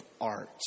art